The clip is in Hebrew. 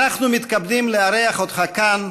אנחנו מתכבדים לארח אותך כאן